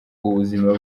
ubuzima